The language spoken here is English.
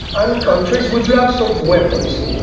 and countries with lots of weapons,